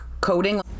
coding